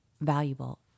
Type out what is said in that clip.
valuable